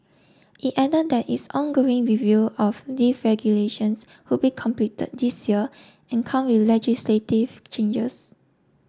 it added that its ongoing review of lift regulations would be completed this year and come with legislative changes